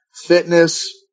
fitness